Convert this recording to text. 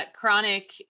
chronic